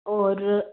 और